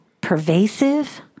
pervasive